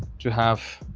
to have